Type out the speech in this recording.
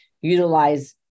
utilize